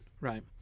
right